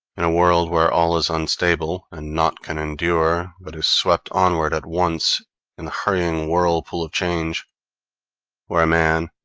in a world where all is unstable, and naught can endure, but is swept onwards at once in the hurrying whirlpool of change where a man,